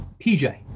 PJ